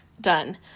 done